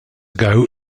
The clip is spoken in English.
ago